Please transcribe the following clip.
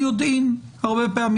ביודעין הרבה פעמים,